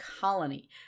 colony